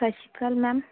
Shashikal ma'am